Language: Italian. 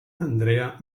andrea